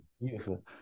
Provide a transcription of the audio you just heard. Beautiful